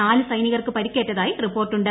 നാല് സൈനികർക്കു പരിക്കേറ്റതായി റിപ്പോർട്ടുണ്ട്